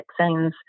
vaccines